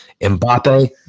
Mbappe